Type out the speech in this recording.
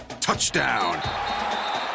Touchdown